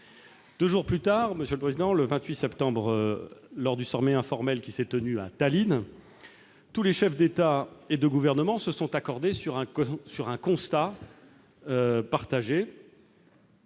Deux jours plus tard, soit le 28 septembre, lors du sommet informel qui s'est tenu à Tallinn, tous les chefs d'État ou de gouvernement se sont accordés sur un constat au